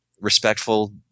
respectful